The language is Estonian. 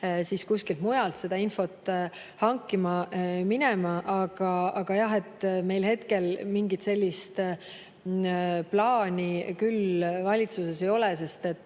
peaks kuskilt mujalt seda infot hankima minema. Aga jah, meil hetkel mingit sellist plaani küll valitsuses ei ole, sest